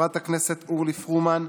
חברת הכנסת אורלי פרומן,